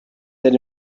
that